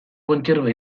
kontserba